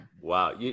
Wow